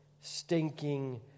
stinking